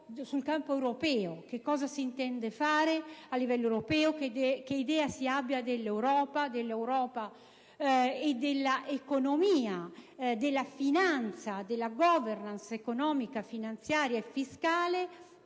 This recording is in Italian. mi hanno preceduto). Che cosa si intende fare a livello europeo, che idea si ha dell'Europa, dell'economia, della finanza e della *governance* economico‑finanziaria e fiscale